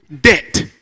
debt